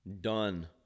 done